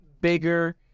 bigger